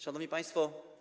Szanowni Państwo!